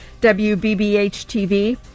WBBH-TV